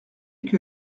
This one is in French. que